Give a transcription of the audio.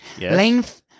length